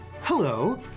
Hello